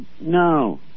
no